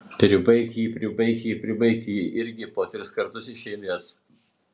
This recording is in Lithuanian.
pribaik jį pribaik jį pribaik jį irgi po tris kartus iš eilės